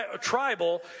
tribal